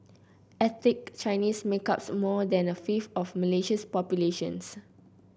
ethnic Chinese make up more than a fifth of Malaysia's population